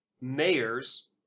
mayors